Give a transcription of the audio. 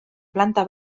planta